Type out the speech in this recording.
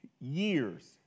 years